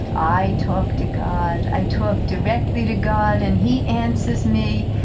i talk to god. i talk directly to god, and he answers me.